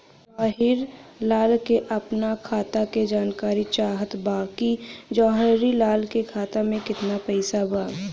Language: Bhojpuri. जवाहिर लाल के अपना खाता का जानकारी चाहत बा की जवाहिर लाल के खाता में कितना पैसा बा?